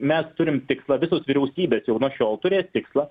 mes turim tikslą visos vyriausybės jau nuo šiol turės tikslą